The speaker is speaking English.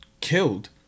killed